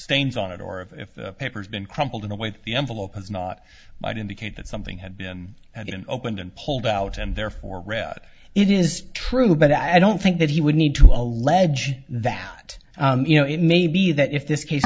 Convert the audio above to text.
changed on it or if papers been crumpled in a way that the envelope is not might indicate that something had been opened and pulled out and therefore read it is true but i don't think that he would need to allege that you know it may be that if this case